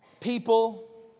people